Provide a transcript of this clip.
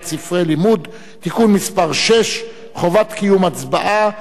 ספרי לימוד (תיקון מס' 6) (חובת קיום הצבעה),